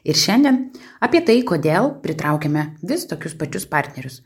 ir šiandien apie tai kodėl pritraukiame vis tokius pačius partnerius